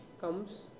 comes